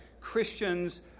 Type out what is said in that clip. Christians